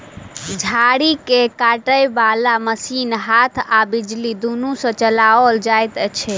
झाड़ी के काटय बाला मशीन हाथ आ बिजली दुनू सँ चलाओल जाइत छै